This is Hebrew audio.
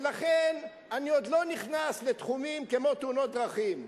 ולכן, אני עוד לא נכנס לתחומים כמו תאונות דרכים.